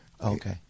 Okay